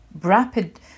rapid